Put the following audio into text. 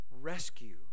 rescue